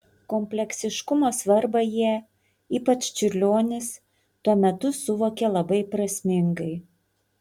kompleksiškumo svarbą jie ypač čiurlionis tuo metu suvokė labai prasmingai